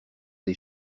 des